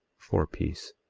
for peace.